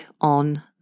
on